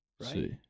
Right